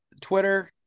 twitter